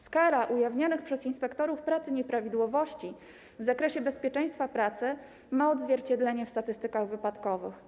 Skala ujawnionych przez inspektorów pracy nieprawidłowości w zakresie bezpieczeństwa pracy ma odzwierciedlenie w statystykach wypadkowych.